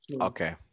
Okay